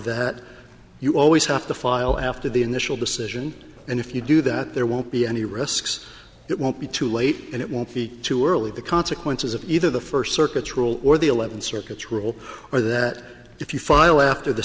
that you always have to file after the initial decision and if you do that there won't be any risks it won't be too late and it won't be too early the consequences of either the first circuits rule or the eleven circuits rule or that if you file after the